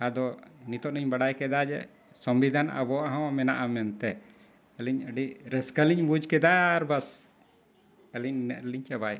ᱟᱫᱚ ᱱᱤᱛᱚᱜ ᱟᱱᱤᱧ ᱵᱟᱰᱟᱭ ᱠᱮᱫᱟ ᱡᱮ ᱥᱚᱝᱵᱤᱫᱷᱟᱱ ᱟᱵᱚᱣᱟᱜ ᱦᱚᱸ ᱢᱮᱱᱟᱜᱼᱟ ᱢᱮᱱᱛᱮ ᱟᱹᱞᱤᱧ ᱟᱹᱰᱤ ᱨᱟᱹᱥᱠᱟᱹ ᱞᱤᱧ ᱵᱩᱡᱽ ᱠᱮᱫᱟ ᱟᱨ ᱵᱟᱥ ᱟᱹᱞᱤᱧ ᱱᱤᱱᱟᱹᱜ ᱨᱮᱞᱤᱧ ᱪᱟᱵᱟᱭᱮᱜᱼᱟ